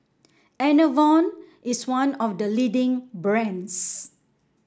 Enervon is one of the leading brands